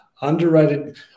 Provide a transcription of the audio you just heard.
underrated